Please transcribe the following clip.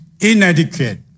inadequate